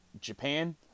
Japan